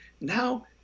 Now